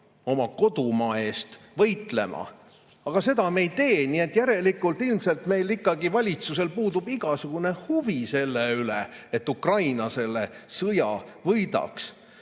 oma kodumaa eest võitlema. Aga seda me ei tee. Järelikult ilmselt meil ikkagi valitsusel puudub igasugune huvi selleks, et Ukraina selle sõja võidaks.